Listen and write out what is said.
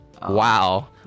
Wow